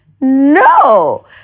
No